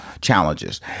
challenges